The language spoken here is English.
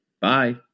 Bye